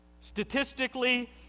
Statistically